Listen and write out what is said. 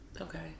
Okay